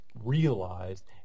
realized